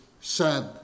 sad